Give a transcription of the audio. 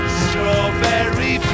strawberry